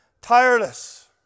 tireless